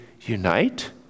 unite